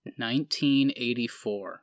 1984